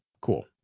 Cool